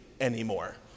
anymore